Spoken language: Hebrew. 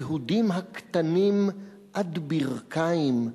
היהודים הקטנים עד ברכיים,